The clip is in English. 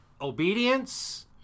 obedience